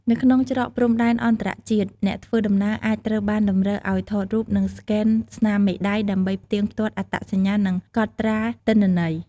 នៅក្នុងច្រកព្រំដែនអន្តរជាតិអ្នកធ្វើដំណើរអាចត្រូវបានតម្រូវឱ្យថតរូបនិងស្កេនស្នាមមេដៃដើម្បីផ្ទៀងផ្ទាត់អត្តសញ្ញាណនិងកត់ត្រាទិន្នន័យ។